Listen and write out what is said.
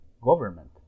government